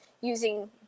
using